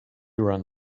run